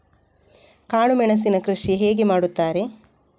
ಕಾಳು ಮೆಣಸಿನ ಕೃಷಿ ಹೇಗೆ ಮಾಡುತ್ತಾರೆ?